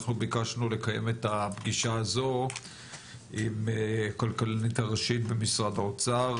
אנחנו ביקשנו לקיים את הפגישה הזו עם הכלכלנית הראשית במשרד האוצר